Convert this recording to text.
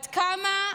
עד כמה,